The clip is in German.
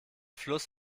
fluss